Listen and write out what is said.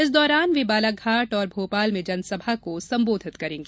इस दौरान वे बालाघाट और भोपाल में जनसभा को संबोधित करेंगी